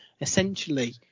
essentially